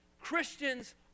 christians